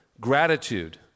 gratitude